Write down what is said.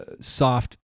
soft